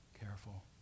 careful